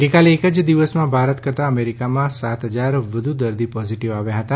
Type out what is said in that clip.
ગઇકાલે એક જ દિવસમાં ભારત કરતા અમેરિકામાં સાત હજાર વધુ દર્દી પોઝિટિવ આવ્યા હતા